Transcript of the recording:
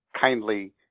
kindly